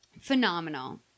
phenomenal